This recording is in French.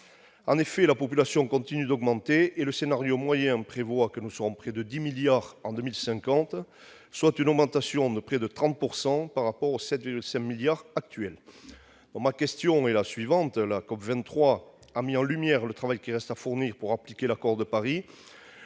En effet, la population continue d'augmenter, et le scénario moyen prévoit que nous serons près de 10 milliards en 2050, soit une augmentation de près de 30 % par rapport aux 7,5 milliards actuels. Ma question est la suivante : la COP23 a mis en lumière le travail qu'il reste à fournir pour appliquer l'accord de Paris.